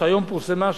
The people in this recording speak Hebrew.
שהיום פורסמה,